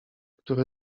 który